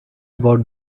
about